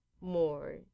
more